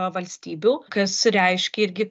valstybių kas reiškia irgi